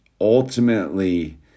ultimately